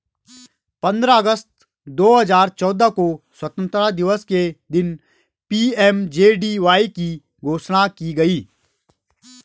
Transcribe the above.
पंद्रह अगस्त दो हजार चौदह को स्वतंत्रता दिवस के दिन पी.एम.जे.डी.वाई की घोषणा की गई थी